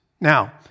Now